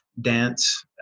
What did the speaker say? dance